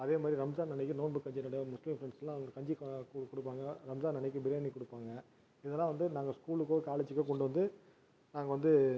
அதேமாதிரி ரம்ஜான் அன்றைக்கி நோம்பு கஞ்சி முஸ்லிம் ஃப்ரெண்ட்ஸ்லாம் அவங்க கஞ்சி கொடுப்பாங்க ரம்ஜான் அன்றைக்கி பிரியாணி கொடுப்பாங்க இதெலாம் வந்து நாங்கள் ஸ்கூலுக்கோ காலேஜ்ஜிக்கோ கொண்டு வந்து நாங்கள் வந்து